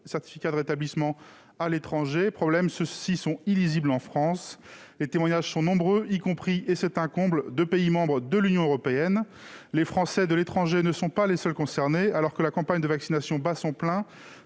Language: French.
certificat de rétablissement. Le problème, c'est que ces derniers sont illisibles en France. Les témoignages sont nombreux, y compris - c'est un comble !- en provenance de pays membres de l'Union européenne. Les Français de l'étranger ne sont pas les seuls concernés. Alors que la campagne de vaccination bat son plein,